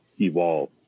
evolve